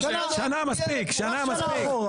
שנה מספיק, שנה מספיק.